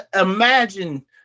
Imagine